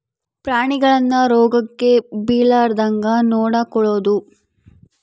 ಪ್ರಾಣಿಗಳನ್ನ ರೋಗಕ್ಕ ಬಿಳಾರ್ದಂಗ ನೊಡಕೊಳದು